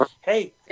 Hey